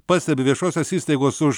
pastebi viešosios įstaigos už